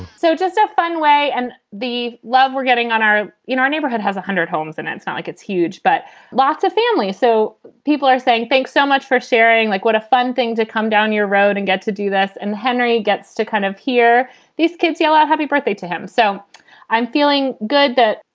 so just a fun way and the love we're getting on our you know our neighborhood has one hundred homes. and it's not like it's huge, but lots of family. so people are saying, thanks so much for sharing. like, what a fun thing to come down your road and get to do this. and henry gets to kind of hear these kids yell out, happy birthday to him so i'm feeling good that,